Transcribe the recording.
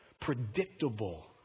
predictable